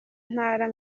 ntara